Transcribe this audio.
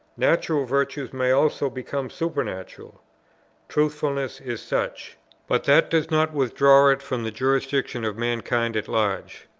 natural virtues may also become supernatural truthfulness is such but that does not withdraw it from the jurisdiction of mankind at large.